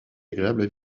agréables